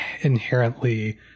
inherently